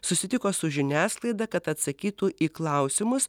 susitiko su žiniasklaida kad atsakytų į klausimus